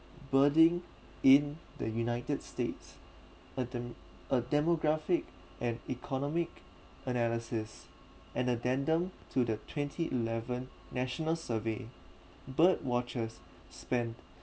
aberdeen in the united states a dem~ a demographic and economic analysis and addendum to the twenty eleven national survey bird watchers spent